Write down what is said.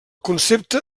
concepte